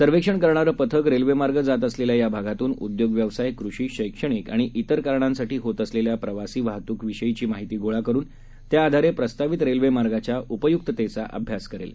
सर्वेक्षण करणारं पथक रेल्वेमार्ग जात असलेल्या या भागातून उद्योग व्यवसाय कृषी शैक्षणिक आणि इतर कारणांसाठी होत असलेल्या प्रवासी वाहत्की विषयीची माहिती गोळा करून त्याआधारे प्रस्तावित रेल्वे मार्गाच्या उपय्क्ततेचा अभ्यास करेल